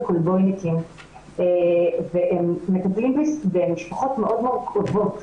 כולבויניקים ומטפלים במשפחות מאוד מורכבות,